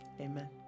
amen